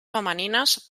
femenines